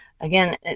again